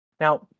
Now